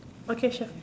okay sure